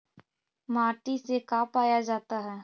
माटी से का पाया जाता है?